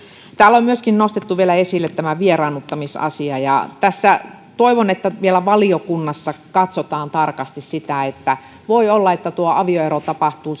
täällä on myöskin nostettu vielä esille tämä vieraannuttamisasia ja tässä toivon että vielä valiokunnassa katsotaan tarkasti sitä että voi olla että avioero tapahtuu